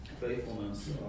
faithfulness